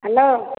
hello